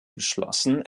beschlossen